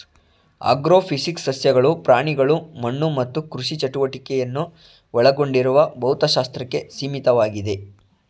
agrophysics ಸಸ್ಯಗಳು ಪ್ರಾಣಿಗಳು ಮಣ್ಣು ಮತ್ತು ಕೃಷಿ ಚಟುವಟಿಕೆಯನ್ನು ಒಳಗೊಂಡಿರುವ ಭೌತಶಾಸ್ತ್ರಕ್ಕೆ ಸೀಮಿತವಾಗಿದೆ